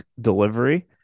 delivery